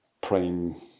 prime